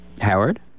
Howard